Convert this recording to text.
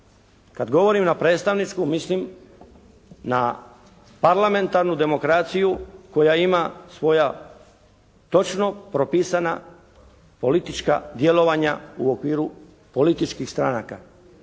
Kad govorim na predstavničku mislim na parlamentarnu demokraciju koja ima svoja točno propisana politička djelovanja u okviru političkih stranaka.